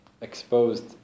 exposed